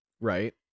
Right